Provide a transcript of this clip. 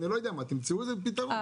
לא יודע מה, תמצאו איזה פתרון.